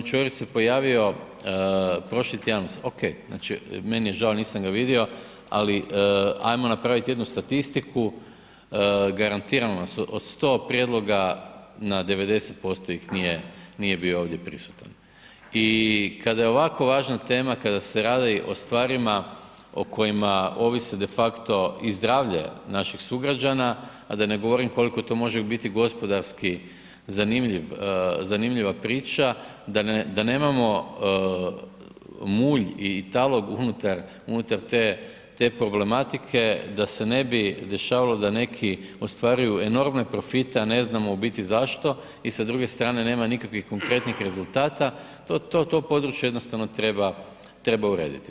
Znači g. Čorić se pojavio prošli tjedan, ok, znači meni je žao, nisam ga vidio, ali ajmo napravit jednu statistiku, garantiram vam, od 100 prijedloga, na 90% ih nije bio ovdje prisutan i kada je ovako važna tema, kada se radi o stvarima o kojima ovise de facto i zdravlje naših sugrađana a da ne govorim koliko to može biti gospodarski zanimljiva priča, da nemamo mulj i talog unutar te problematike, da se ne bi dešavalo da neki ostvaruju enormne profite a ne znamo u biti zašto i sa druge strane nema nikakvih konkretnih rezultata, to područje jednostavno treba urediti.